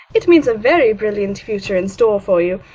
it means a very brilliant future in store for you.